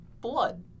blood